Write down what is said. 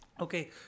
Okay